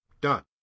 Done